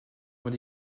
vont